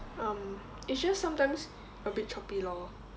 um it's just sometimes a bit choppy lor